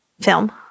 film